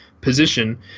position